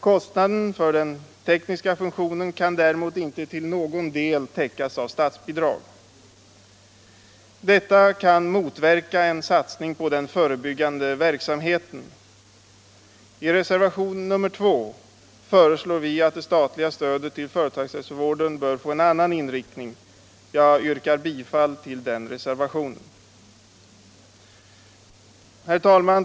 Kostnaden för den tekniska funktionen kan däremot inte till någon del täckas av statsbidrag. Detta kan motverka en satsning på den förebyggande verksamheten. I reservation 2 föreslår vi att det statliga stödet till företagshälsovården bör få en annan inriktning. Jag yrkar bifall till den reservationen. Herr talman!